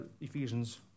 Ephesians